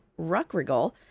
Ruckrigal